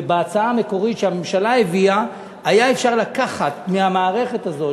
ובהצעה המקורית שהממשלה הביאה היה אפשר לקחת מהמערכת הזאת,